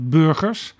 burgers